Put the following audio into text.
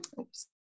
Oops